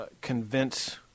convince